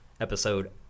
episode